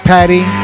Patty